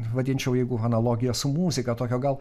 vadinčiau jeigu analogija su muzika tokio gal